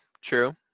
true